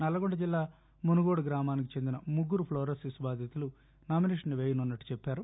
నల్లగొండ జిల్లా మునుగోడు గ్రామానికి చెందిన ముగ్గురు ఫ్లోరోసిస్ బాధితులు నామినేషన్ వేయనున్నట్లు చెప్పారు